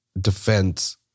defense